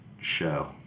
show